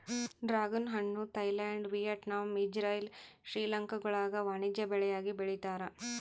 dragon ಹಣ್ಣು Thailand Vietnam Israel ಶ್ರೀಲಂಕಾಗುಳಾಗ ವಾಣಿಜ್ಯ ಬೆಳೆಯಾಗಿ ಬೆಳೀತಾರ